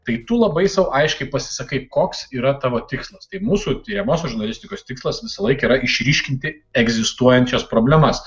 tai tu labai sau aiškiai pasisakai koks yra tavo tikslas tai mūsų tiriamosios žurnalistikos tikslas visą laiką yra išryškinti egzistuojančias problemas